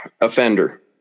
offender